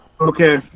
Okay